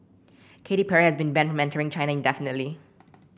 Katy Perry has been banned China indefinitely